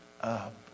up